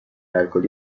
الکلی